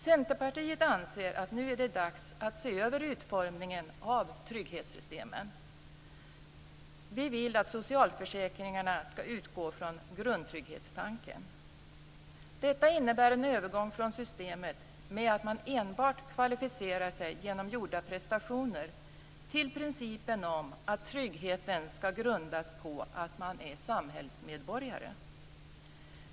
Centerpartiet anser att det nu är dags att se över utformningen av trygghetssystemen. Vi vill att socialförsäkringarna skall utgå från grundtrygghetstanken. Detta innebär en övergång från systemet med att man enbart kvalificerar sig genom gjorda prestationer till principen att tryggheten skall grundas på att man är samhällsmedborgare.